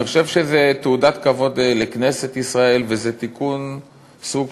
אני חושב שזו תעודת כבוד לכנסת ישראל וזה תיקון של סוג